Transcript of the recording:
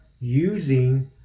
using